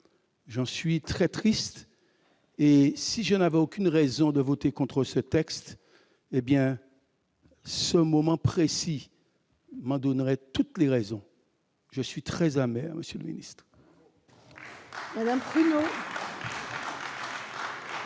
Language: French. J'en suis très triste et, si je n'avais aucun motif de voter contre ce texte, ce moment précis m'en donne toutes les raisons ! Je suis très amer, monsieur le ministre.